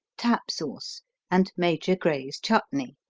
tap sauce and major grey's chutney.